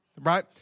right